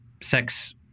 sex